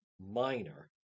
minor